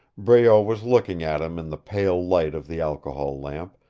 breault was looking at him in the pale light of the alcohol lamp,